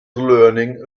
learning